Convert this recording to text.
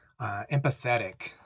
empathetic